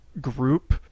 group